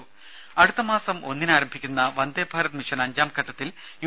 രുമ അടുത്തമാസം ഒന്നിന് ആരംഭിക്കുന്ന വന്ദേഭാരത് മിഷൻ അഞ്ചാംഘട്ടത്തിൽ യു